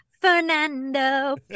Fernando